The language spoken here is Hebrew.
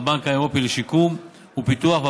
הבנק האירופי לשיקום ופיתוח,